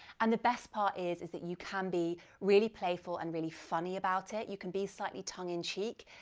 and the best part is is that you can be really playful and really funny about it, you can be slightly tongue-in-cheek,